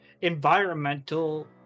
environmental